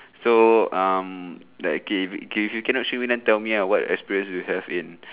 so um that okay okay if you cannot show me then tell me uh what experience you have in